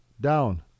down